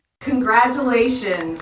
Congratulations